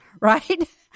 right